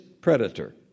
predator